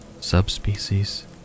subspecies